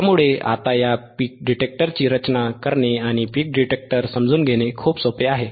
त्यामुळे आता या पीक डिटेक्टरची रचना करणे आणि पीक डिटेक्टर समजून घेणे खूप सोपे आहे